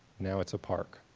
now it's a park.